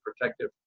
protective